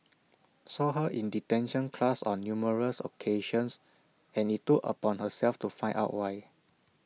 saw her in detention class on numerous occasions and IT took upon herself to find out why